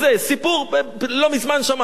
סיפור, לא מזמן שמעתי.